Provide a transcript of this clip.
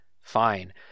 fine